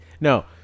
No